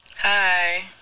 Hi